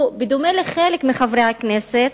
הוא, בדומה לחברי הכנסת,